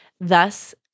Thus